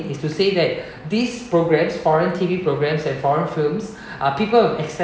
is to say that these programs foreign T_V programmes and foreign films uh people has accepted